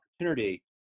opportunity